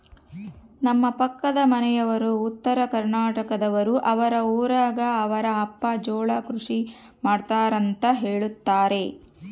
ನಮ್ಮ ಪಕ್ಕದ ಮನೆಯವರು ಉತ್ತರಕರ್ನಾಟಕದವರು, ಅವರ ಊರಗ ಅವರ ಅಪ್ಪ ಜೋಳ ಕೃಷಿ ಮಾಡ್ತಾರೆಂತ ಹೇಳುತ್ತಾರೆ